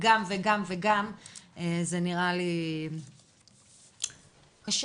זה נראה לי קשה.